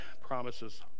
promises